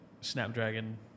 Snapdragon